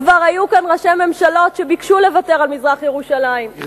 כבר היו ראשי ממשלות שביקשו לוותר על מזרח-ירושלים,